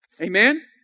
Amen